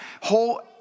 whole